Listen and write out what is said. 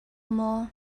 maw